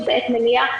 זה לא יעבור.